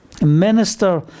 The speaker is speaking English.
minister